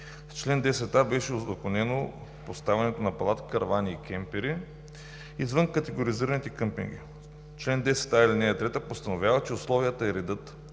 чл. 10а беше узаконено поставянето на палатки, каравани и кемпери извън категоризираните къмпинги. Член 10а, ал. 3 постановява, че условията и редът